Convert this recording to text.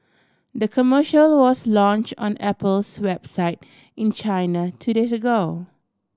the commercial was launch on Apple's website in China two days ago